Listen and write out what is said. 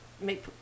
make